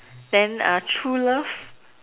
then uh true love